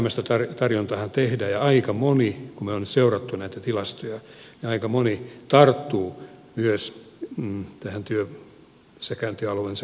tämmöistä tarjontaahan tehdään ja aika moni kun me nyt olemme seuranneet näitä tilastoja tarttuu myös tähän työssäkäyntialueensa ulkopuoliseen työhön